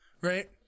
right